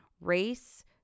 race